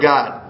God